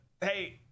hey